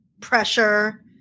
pressure